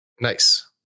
nice